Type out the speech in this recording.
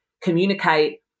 communicate